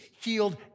healed